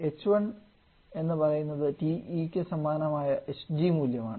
h1 എന്ന് പറയുന്നത് TE സമാനമായ hg മൂല്യമാണ്